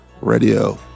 Radio